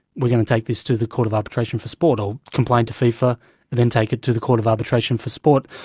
we're going to take this to the court of arbitration for sport, or complain to fifa and then take it to the court of arbitration for sport.